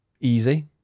easy